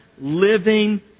living